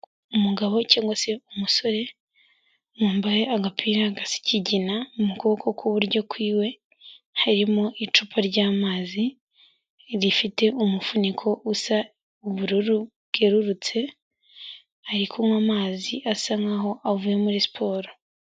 Umugabo cyangwa se umusore, wambaye agapira gasa ikigina, mu kuboko kw'iburyo kw'iwe harimo icupa ry'amazi ifite umufuniko usa ubururu bwerurutse, ari kunywa amazi asa nkaho avuye muri siporo.